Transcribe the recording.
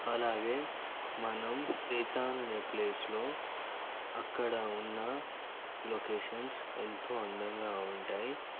అలాగే మనం సేతాన్ అనే ప్లేస్లో అక్కడ ఉన్న లొకేషన్స్ ఎంతో అందంగా ఉంటాయి